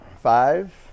Five